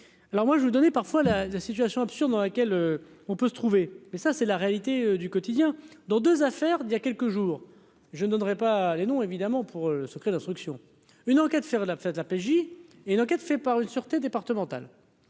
Alors moi je vous donner parfois la situation absurde dans laquelle on peut se trouver, mais ça c'est la réalité du quotidien dans 2 affaires d'il y a quelques jours, je ne donnerai pas les noms évidemment pour le secret d'instruction, une enquête, faire la fête, la PJ et une enquête fait par une sûreté départementale,